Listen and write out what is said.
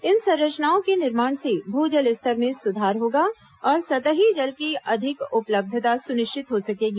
इन संरचनाओं के निर्माण से भू जल स्तर में सुधार होगा और सतही जल की अधिक उपलब्यता सुनिश्चित हो सकेगी